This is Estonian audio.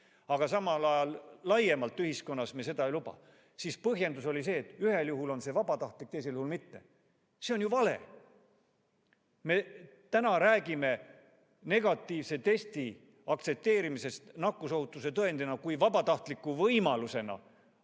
aga samal ajal laiemalt ühiskonnas me seda ei luba. Põhjendus oli see, et ühel juhul on see vabatahtlik, teisel juhul mitte. See on ju vale! Me räägime negatiivse testi aktsepteerimisest nakkusohutuse tõendina kui vabatahtlikust võimalusest